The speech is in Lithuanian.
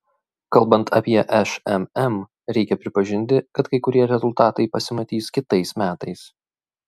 kalbant apie šmm reikia pripažinti kad kai kurie rezultatai pasimatys kitais metais